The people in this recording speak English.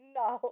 no